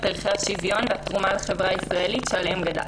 ערכי השוויון והתרומה לחברה הישראלית שעליהם גדלתי.